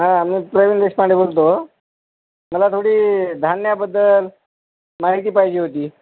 हां मी प्रवीण देशपांडे बोलतो मला थोडी धान्याबद्दल माहिती पाहिजे होती